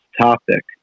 topic